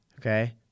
Okay